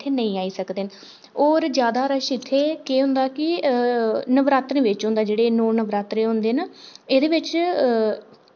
इत्थै नेईं आई सकदे न और ज्यादा रश इत्थै के होंदा कि नवरात्रें विच होंदा जेह्ड़े नौ नवरात्रे होंदे न एह्दे बिच